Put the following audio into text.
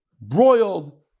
broiled